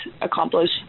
accomplish